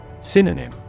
Synonym